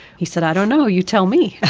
he said, i don't know, you tell me.